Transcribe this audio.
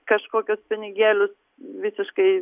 kažkokius pinigėlius visiškai